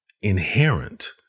inherent